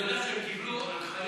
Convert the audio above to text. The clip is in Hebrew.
אני יודע שהן קיבלו הנחיות,